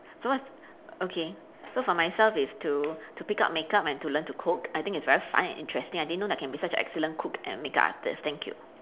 so what's okay so for myself is to to pick up makeup and to learn to cook I think it's very fun and interesting I didn't know that I can be such an excellent cook and makeup artist thank you